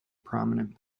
prominent